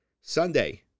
Sunday